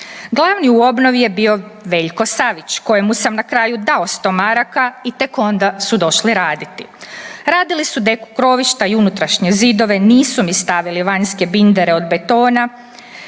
Glavni u obnovi je bio Veljko Savić kojemu sam na kraju dao 100 maraka i tek onda su došli raditi. Radili su deku krovišta i unutrašnje zidove. Nisu mi stavili vanjske bindere od betona